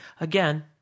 again